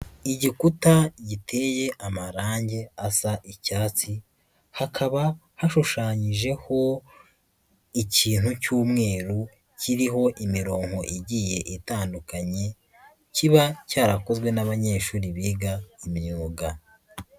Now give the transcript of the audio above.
Igikuta giteye amarangi asa icyatsi hakaba hashushanyijeho ikintu cy'umweru kiriho imirongo igiye itandukanye, kiba cyarakozwe n'abanyeshuri biga imyuga.